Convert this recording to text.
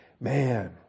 man